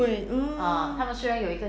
对 hmm